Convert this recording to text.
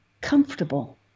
comfortable